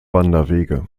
wanderwege